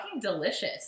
delicious